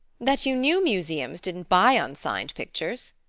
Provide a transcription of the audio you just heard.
that you knew museums didn't buy unsigned pictures.